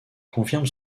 confirme